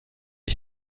ich